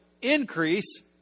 increase